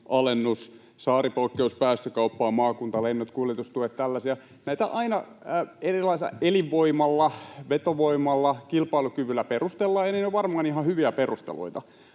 alennusta, saaripoikkeus, päästökauppa, maakuntalennot, kuljetustuet, tällaisia. Näitä aina elinvoimalla, vetovoimalla ja kilpailukyvyllä perustellaan, ja ne ovat varmaan ihan hyviä perusteluita.